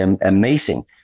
amazing